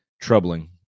troubling